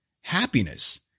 happiness